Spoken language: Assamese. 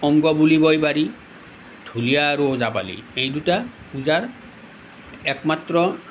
অংগ বুলিবই পাৰি ঢুলীয়া আৰু ওজাপালি এই দুটা পূজাৰ একমাত্ৰ